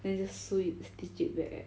then just sew it stitch it back eh